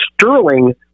sterling